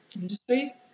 industry